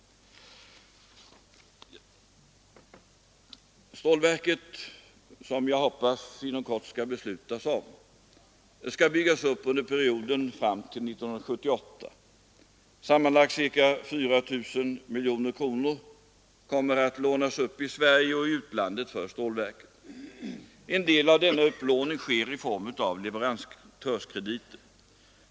Stålverket, som jag hoppas att riksdagen om en stund skall fatta beslut om, skall byggas upp under perioden fram till 1978. Sammanlagt cirka 4 000 miljoner kronor kommer att lånas upp för stålverket här i Sverige och i utlandet. En del av denna upplåning sker i form av leverantörskrediter.